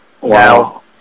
Wow